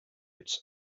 its